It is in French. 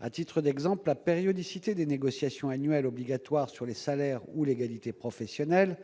À titre d'exemple, la périodicité des négociations annuelles obligatoires sur les salaires ou l'égalité professionnelle